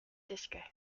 disco